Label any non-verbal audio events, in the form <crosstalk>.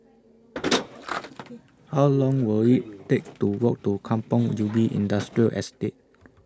<noise> How Long Will IT Take to Walk to Kampong Ubi Industrial Estate